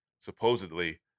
supposedly